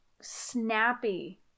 snappy